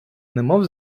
немов